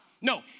No